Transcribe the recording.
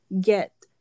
get